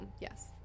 yes